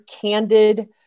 candid